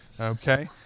Okay